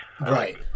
Right